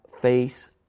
face